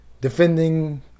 defending